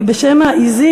אני, בשם העזים,